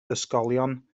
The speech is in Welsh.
ysgolion